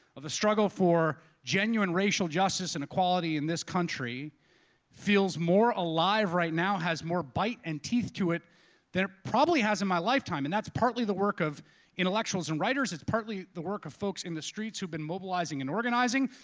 of a struggle for genuine racial justice and equality in this country feels more alive right now, has more bite and teeth to it than it probably has in my lifetime. and that's partly the work of intellectuals and writers, it's partly the work of folks in the streets who've been mobilizing and organizing.